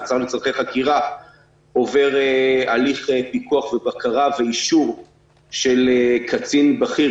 מעצר לצורכי חקירה עובר הליך פיקוח ובקרה ואישור של קצין בכיר,